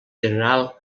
general